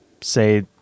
say